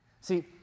See